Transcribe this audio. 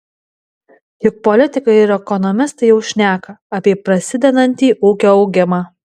juk politikai ir ekonomistai jau šneka apie prasidedantį ūkio augimą